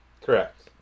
Correct